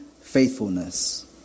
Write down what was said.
faithfulness